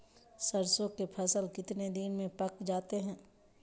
सरसों के फसल कितने दिन में पक जाते है?